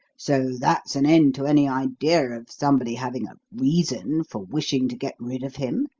so that's an end to any idea of somebody having a reason for wishing to get rid of him